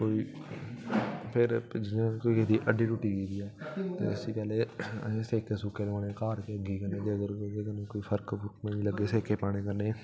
कोई फिर जि'यां कुसै दी हड्डी टुटी गेदी ऐ ते उसी पैह्लें असें सेके सुके लोआने घर गै अग्गी कन्नै फिर अगर ओहदे कन्नै कोई फरक नेईं लग्गे सेके पाने कन्नै